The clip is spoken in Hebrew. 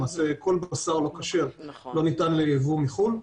למעשה כל בשר לא כשר לא ניתן לייבוא מחו"ל,